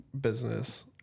business